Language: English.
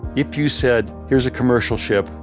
if you said, here's a commercial ship,